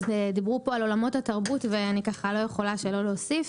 דיברו פה על עולמות התרבות ואני לא יכולה שלא להוסיף: